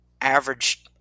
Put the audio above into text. average